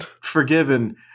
forgiven